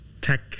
tech